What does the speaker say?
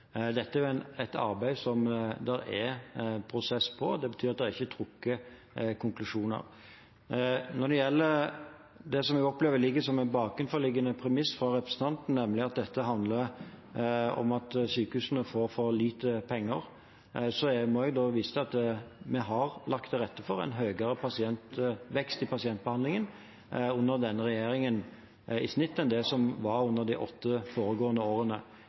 Dette er et arbeid som det er prosess på, og det betyr at det ikke er trukket konklusjoner. Når det gjelder det som jeg opplever ligger som en bakenforliggende premiss for representanten, nemlig at dette handler om at sykehusene får for lite penger, må jeg da vise til at vi har lagt til rette for en høyere vekst i pasientbehandlingen under denne regjeringen, i snitt, enn det som var under de åtte foregående årene.